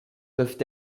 peuvent